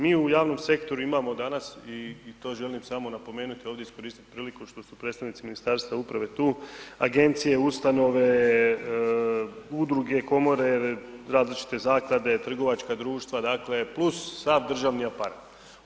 Mi u javnom sektoru imamo danas i to želim samo napomenuti ovdje i iskoristiti priliku što su predstavnici Ministarstva uprave tu, agencije, ustanove, udruge, komore, različite zaklade, trgovačka društva dakle plus sav državni aparat.